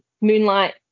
Moonlight